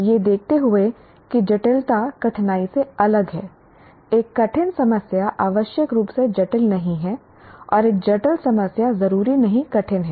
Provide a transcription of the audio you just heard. यह देखते हुए कि जटिलता कठिनाई से अलग है एक कठिन समस्या आवश्यक रूप से जटिल नहीं है और एक जटिल समस्या जरूरी नहीं कठिन है